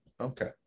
Okay